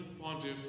Pontiff